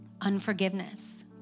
unforgiveness